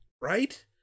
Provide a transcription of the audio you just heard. Right